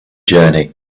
journey